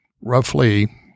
roughly